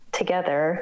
together